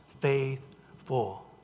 faithful